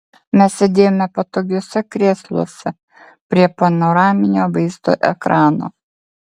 mes sėdėjome patogiuose krėsluose prie panoraminio vaizdo ekrano